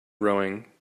rowing